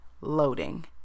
loading